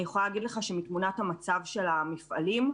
יכולה להגיד לך שמתמונת המצב במפעלים,